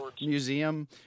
Museum